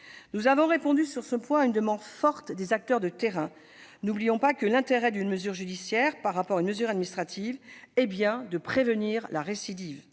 Nous avons répondu, sur ce point, à une demande forte des acteurs de terrain. N'oublions pas que l'intérêt d'une mesure judiciaire, par rapport à une mesure administrative, est bien de prévenir la récidive,